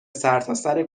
سرتاسر